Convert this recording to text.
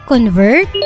Convert